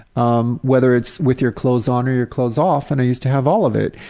um whether it's with your clothes on or your clothes off and i used to have all of it,